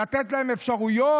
לתת להן אפשרויות.